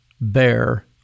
bear